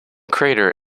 crater